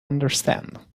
understand